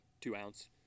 two-ounce